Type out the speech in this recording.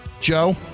Joe